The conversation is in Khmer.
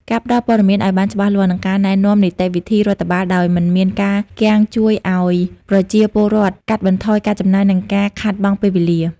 ការផ្តល់ព័ត៌មានឱ្យបានច្បាស់លាស់ និងការណែនាំនីតិវិធីរដ្ឋបាលដោយមិនមានការគាំង ជួយឱ្យប្រជាពលរដ្ឋកាត់បន្ថយការចំណាយ និងការខាតបង់ពេលវេលា។